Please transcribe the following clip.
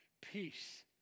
peace